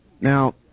now